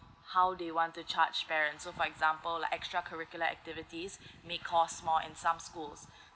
how they want to charge parents so for example like extra curricular activities make call small and some schools